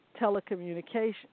telecommunications